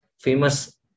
famous